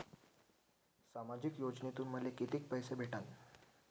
सामाजिक योजनेतून मले कितीक पैसे भेटन?